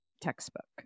textbook